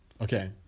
okay